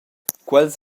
quels